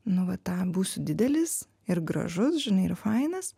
nu va tą būsiu didelis ir gražus žinai ir fainas